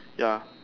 ya